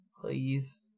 Please